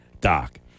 Doc